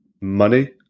money